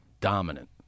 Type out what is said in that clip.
dominant